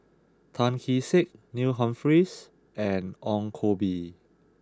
Tan Kee Sek Neil Humphreys and Ong Koh Bee